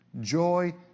Joy